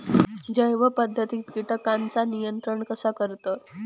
जैव पध्दतीत किटकांचा नियंत्रण कसा करतत?